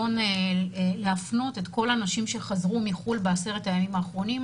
ניסיון להפנות את כל האנשים שחזרו מחו"ל בעשרת הימים האחרונים,